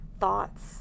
thoughts